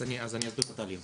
אז אני אסביר רק את התהליך.